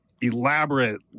elaborate